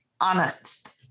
honest